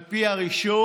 על פי הרישום